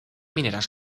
mineras